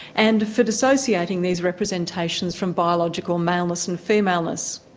and for dissociating these representations from biological maleness and femaleness.